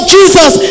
Jesus